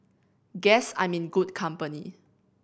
guess I'm in good company